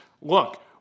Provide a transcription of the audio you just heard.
look